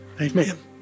Amen